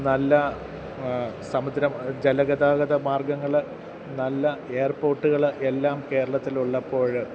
നല്ല സമുദ്രം ജലഗതാഗത മാർഗ്ഗങ്ങൾ നല്ല എയർപോർട്ടുകൾ എല്ലാം കേരളത്തിൽ ഉള്ളപ്പോൾ